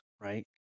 Right